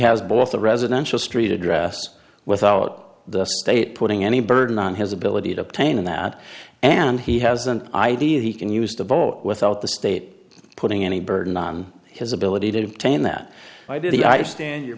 has both the residential street address without the state putting any burden on his ability to obtain that and he has an idea he can use the boat without the state putting any burden on his ability to obtain that either the i understand your